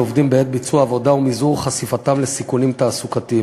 עובדים בעת ביצוע עבודה ולמזעור חשיפתם לסיכונים תעסוקתיים.